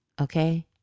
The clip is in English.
okay